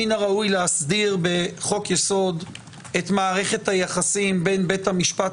מן הראוי להסדיר בחוק-יסוד את מערכת היחסים בין בית המשפט